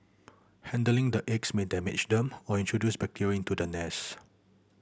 handling the eggs may damage them or introduce bacteria into the nest